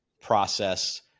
process